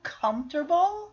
comfortable